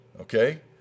Okay